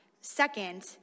second